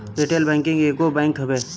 retail banking एगो bank हवे